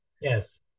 Yes